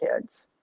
kids